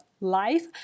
life